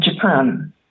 Japan